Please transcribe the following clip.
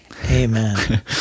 Amen